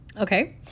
Okay